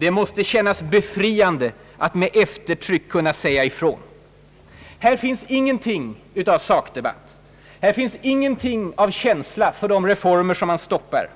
»Det måste kännas befriande att med eftertryck kunna säga ifrån», utropar han till slut. Här finns ingenting av sakdebatt, ingenting av känsla för de reformer man stoppar,